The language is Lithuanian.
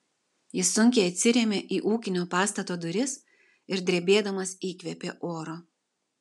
jis sunkiai atsirėmė į ūkinio pastato duris ir drebėdamas įkvėpė oro